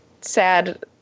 sad